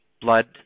blood